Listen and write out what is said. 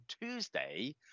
Tuesday